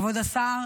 כבוד השר,